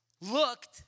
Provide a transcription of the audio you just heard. looked